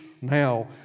now